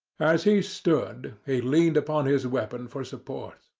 as he stood, he leaned upon his weapon for support,